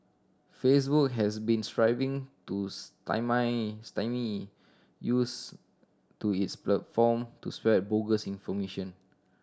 Facebook has been striving to stymie use to its platform to spread bogus information